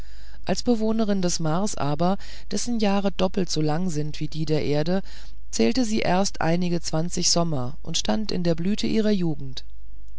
als bewohnerin des mars aber dessen jahre doppelt so lang sind wie die der erde zählte sie erst einige zwanzig sommer und stand in der blüte ihrer jugend